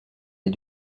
les